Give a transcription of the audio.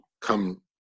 come